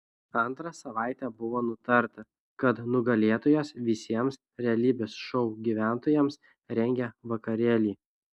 antrą savaitę buvo nutarta kad nugalėtojas visiems realybės šou gyventojams rengia vakarėlį